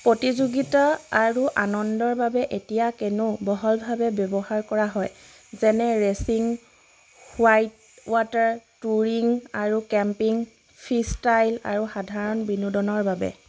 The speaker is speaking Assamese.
প্ৰতিযোগিতা আৰু আনন্দৰ বাবে এতিয়া কেনো বহুলভাৱে ব্যৱহাৰ কৰা হয় যেনে ৰেচিং হোৱাইট ৱাটাৰ ট্যুৰিং আৰু কেম্পিং ফ্ৰী ষ্টাইল আৰু সাধাৰণ বিনোদনৰ বাবে